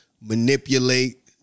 manipulate